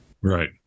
Right